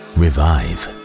revive